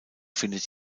findet